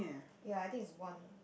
ya I think is one